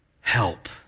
help